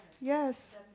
Yes